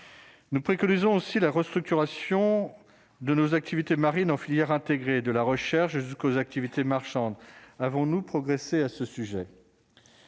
nous préconisons aussi la restructuration de nos activités marines en filière intégrée de la recherche jusqu'aux activités marchandes, avons-nous. Progresser à ce sujet